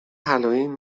هالوین